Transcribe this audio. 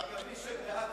מי שבעד,